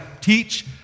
teach